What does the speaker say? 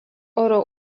oro